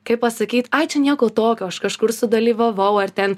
kaip pasakyt ai čia nieko tokio aš kažkur sudalyvavau ar ten